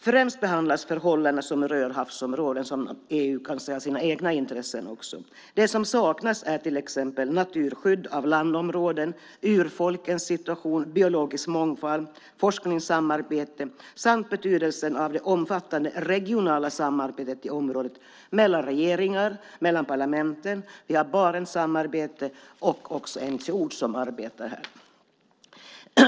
Främst behandlas förhållanden som rör havsområden, som EU också ser som sina egna intressen. Det som saknas är till exempel naturskydd av landområden, urfolkens situation, biologisk mångfald, forskningssamarbete samt betydelsen av det omfattande regionala samarbetet i området mellan regeringarna och mellan parlamenten. Vi har Barentssamarbetet och också NGO:er som arbetar här.